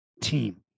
team